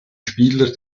spieler